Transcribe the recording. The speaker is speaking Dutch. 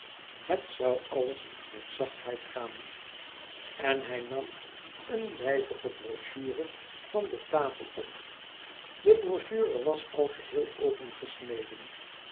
het zoû alles met zachtheid gaan en hij nam eene lijvige brochure van de tafel op de brochure was al geheel